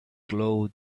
glowed